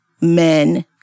men